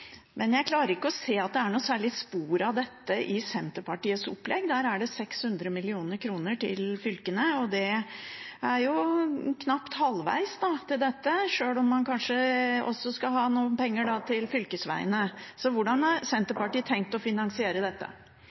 Men jeg klarer ikke å se at det er noe særlig spor av dette i Senterpartiets opplegg. Der er det 600 mill. kr til fylkene. Det er knapt halvveis til dette, og man skal kanskje også ha noen penger til fylkesvegene. Hvordan har Senterpartiet tenkt å finansiere dette?